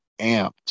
amped